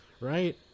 right